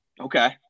Okay